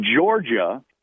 Georgia